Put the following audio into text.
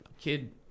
kid